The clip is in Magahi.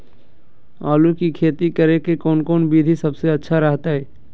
आलू की खेती करें के कौन कौन विधि सबसे अच्छा रहतय?